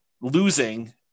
losing